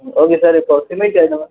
okay sir இப்போது cement என்ன